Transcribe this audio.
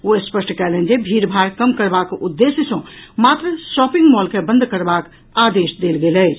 ओ स्पष्ट कयलनि जे भीड़भार कम करबाक उद्देश्य सँ मात्र शॉपिंग मॉल के बंद करबाक आदेश देल गेल अछि